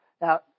Now